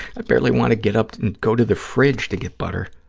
i barely want to get up and go to the fridge to get butter.